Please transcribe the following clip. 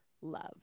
love